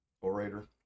orator